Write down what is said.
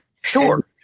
sure